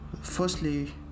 firstly